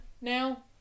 now